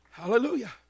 Hallelujah